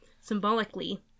symbolically